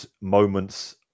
moments